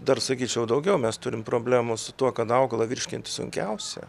dar sakyčiau daugiau mes turim problemų su tuo kad augalą virškinti sunkiausia